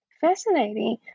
Fascinating